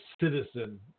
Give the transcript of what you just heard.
citizen